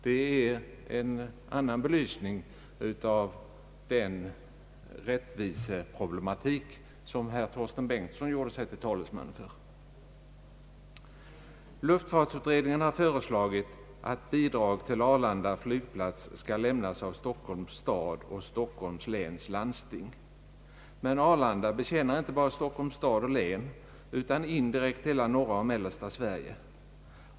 Det ger en annan belysning åt de rättvisesynpunkter som herr Torsten Bengtson gjorde sig till talesman för. Luftfartsutredningen har föreslagit att bidrag till Arlanda flygplats skall lämnas av Stockholms stad och Stockholms läns landsting, men Arlanda betjänar inte bara Stockholms stad och län utan indirekt hela norra och mellersta Sverige.